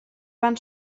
van